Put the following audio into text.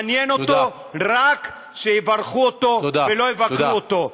מעניין אותו רק שיברכו אותו ולא יבקרו אותו.